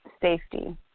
safety